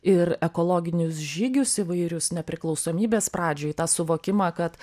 ir ekologinius žygius įvairius nepriklausomybės pradžioj tą suvokimą kad